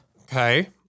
Okay